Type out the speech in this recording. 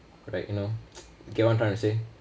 right you know you get what I'm trying to say